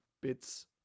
bits